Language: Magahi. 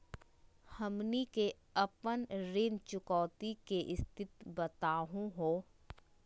हमनी के अपन ऋण चुकौती के स्थिति बताहु हो?